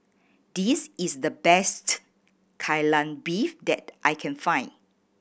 this is the best Kai Lan Beef that I can find